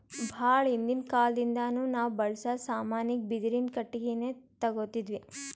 ಭಾಳ್ ಹಿಂದಿನ್ ಕಾಲದಿಂದಾನು ನಾವ್ ಬಳ್ಸಾ ಸಾಮಾನಿಗ್ ಬಿದಿರಿನ್ ಕಟ್ಟಿಗಿನೆ ತೊಗೊತಿದ್ವಿ